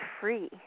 free